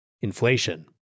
inflation